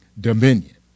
dominion